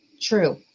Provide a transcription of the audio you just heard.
true